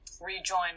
rejoin